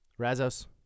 Razos